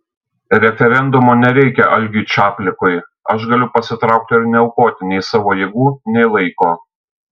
referendumo nereikia algiui čaplikui aš galiu pasitraukti ir neaukoti nei savo jėgų nei laiko